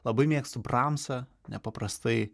labai mėgstu bramsą nepaprastai